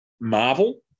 Marvel